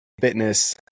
fitness